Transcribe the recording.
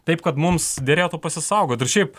taip kad mums derėtų pasisaugot ir šiaip